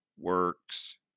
works